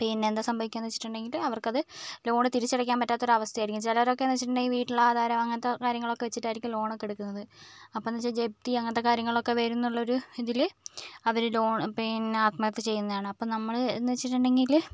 പിന്നെ എന്താണ് സംഭവിക്കുക എന്ന് വച്ചിട്ടുണ്ടെങ്കില് അവർക്കത് ലോണ് തിരിച്ചടക്കാൻ പറ്റാത്തൊരു അവസ്ഥയായിരിക്കും ചിലരൊക്കെ എന്ന് വച്ചിട്ടുണ്ടെങ്കിൽ വീട്ടിലാധാരം അങ്ങനത്തെ കാര്യങ്ങളൊക്കേ വച്ചിട്ടായിരിക്കും ലോണെടുക്കുന്നത് അപ്പോൾ എന്താണെന്ന് വെച്ചാൽ ജപ്തി അങ്ങനത്തെ കാര്യങ്ങളൊക്കേ വരും എന്നുള്ളൊരു ഇതില് അവര് ലോൺ പിന്നേ ആത്മഹത്യ ചെയ്യുന്നതാണ് അപ്പം നമ്മള് എന്ന് വച്ചിട്ടുണ്ടെങ്കില്